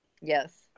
yes